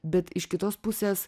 bet iš kitos pusės